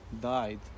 died